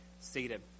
seated